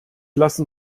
lassen